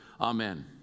Amen